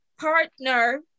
partner